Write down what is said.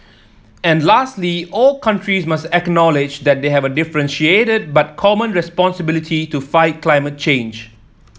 and lastly all countries must acknowledge that they have a differentiated but common responsibility to fight climate change